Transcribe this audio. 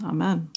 Amen